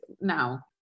now